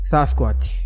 Sasquatch